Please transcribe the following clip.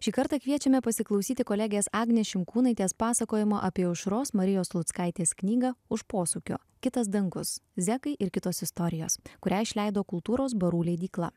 šį kartą kviečiame pasiklausyti kolegės agnės šimkūnaitės pasakojimo apie aušros marijos sluckaitės knygą už posūkio kitas dangus zekai ir kitos istorijos kurią išleido kultūros barų leidykla